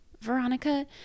Veronica